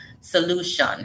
solution